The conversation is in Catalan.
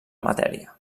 matèria